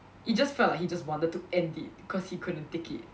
it just felt like he just wanted to end it because he couldn't take it